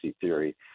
theory